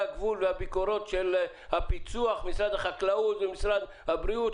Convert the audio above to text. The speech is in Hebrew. הגבול והביקורות של והפיקוח של משרד החקלאות ומשרד הבריאות?